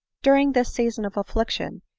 during this season of affliction,